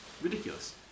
ridiculous